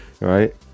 right